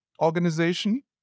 organization